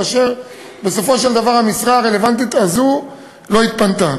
כאשר בסופו של דבר המשרה הזאת לא התפנתה.